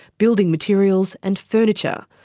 building materials and furniture,